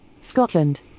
Scotland